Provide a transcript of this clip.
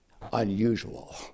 unusual